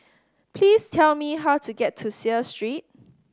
please tell me how to get to Seah Street